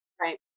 right